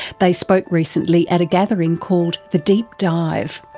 they spoke recently at a gathering called the deep dive.